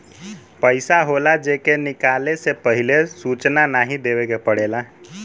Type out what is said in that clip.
पइसा होला जे के निकाले से पहिले सूचना नाही देवे के पड़ेला